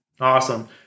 Awesome